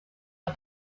the